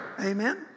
Amen